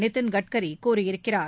நிதின்கட்கரி கூறியிருக்கிறார்